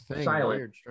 silent